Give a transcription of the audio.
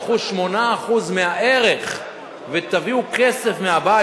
תיקחו 8% מהערך ותביאו כסף מהבית,